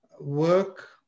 work